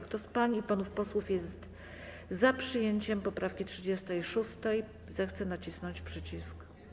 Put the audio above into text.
Kto z pań i panów posłów jest za przyjęciem poprawki 36., zechce nacisnąć przycisk.